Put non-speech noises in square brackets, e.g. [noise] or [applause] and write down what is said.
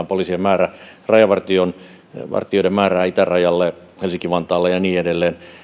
[unintelligible] poliisien määrä seitsemääntuhanteenkahteensataan rajavartijoiden määrä itärajalle helsinki vantaalle ja niin edelleen